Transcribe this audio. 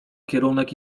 kierunek